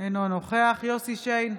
אינו נוכח יוסף שיין,